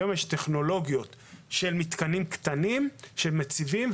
היום יש טכנולוגיות של מתקנים קטנים שמציבים,